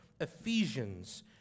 Ephesians